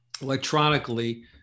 electronically